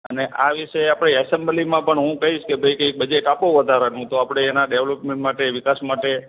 અને આ વિશે આપણે એસેમ્બલીમાં પણ હું કહીશ કે ભાઈ કંઈક બજેટ આપો વધારાનું તો આપણે એના ડેવલોપમેન્ટ માટે વિકાસ માટે